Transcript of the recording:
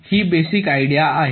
ही basic idea आहे